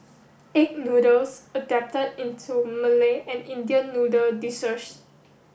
egg noodles adapted into Malay and Indian noodle dishes